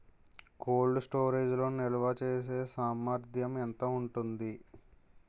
Cold storage లో నిల్వచేసేసామర్థ్యం ఎంత ఉంటుంది?